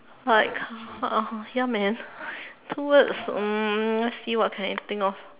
like uh ya man two words um let's see what can I think of